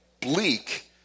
bleak